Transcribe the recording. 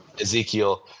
Ezekiel